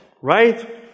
right